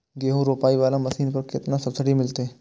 गेहूं रोपाई वाला मशीन पर केतना सब्सिडी मिलते?